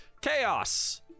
chaos